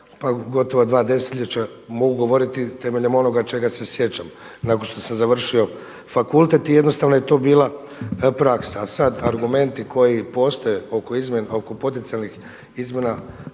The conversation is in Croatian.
gotovo 2 desetljeća, mogu govoriti temeljem onoga čega se sjećam. Nakon što sam završio fakultet i jednostavno je to bila praksa. A sada argumenti koji postoje oko izmjena, oko potencijalnih izmjena